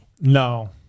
no